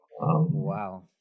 Wow